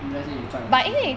if let's say 你赚两千多